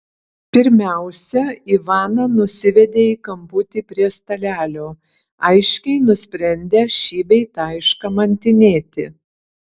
pirmiausia ivaną nusivedė į kamputį prie stalelio aiškiai nusprendę šį bei tą iškamantinėti